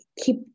keep